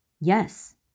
Yes